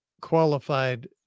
qualified